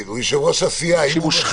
הוא יושב-ראש הסיעה -- אנשים מושחתים.